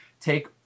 take